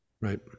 Right